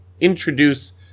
introduce